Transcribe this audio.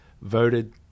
voted